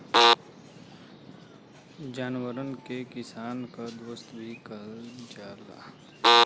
जानवरन के किसान क दोस्त भी कहल जाला